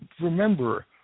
Remember